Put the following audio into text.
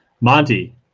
Monty